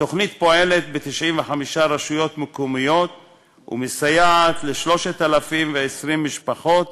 התוכנית פועלת ב-95 רשויות מקומיות ומסייעת ל-3,020 משפחות